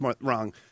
wrong